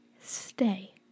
stay